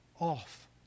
off